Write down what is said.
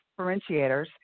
differentiators